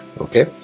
okay